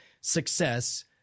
success